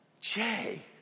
Jay